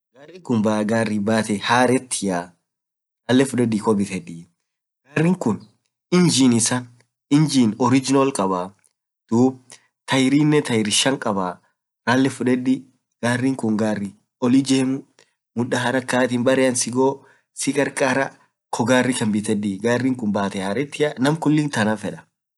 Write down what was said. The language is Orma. gariin kuun garii baate haretia rale fudedi koi bitedii.garin kuun ingin isaa ingin original kabaa, tyrii isaanen shanii gariin kuun garii oll ijemuu muda haraa barean sii goo sii karkaraakoyii garii kan bitedii batee haretia naam kuliin garii kaan feda.